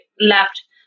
left